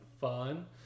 fun